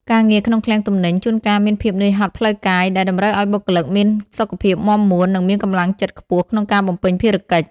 ការងារក្នុងឃ្លាំងទំនិញជួនកាលមានភាពនឿយហត់ផ្លូវកាយ ដែលតម្រូវឱ្យបុគ្គលិកមានសុខភាពមាំមួន និងមានកម្លាំងចិត្តខ្ពស់ក្នុងការបំពេញភារកិច្ច។